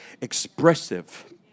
expressive